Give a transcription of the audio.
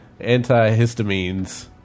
antihistamines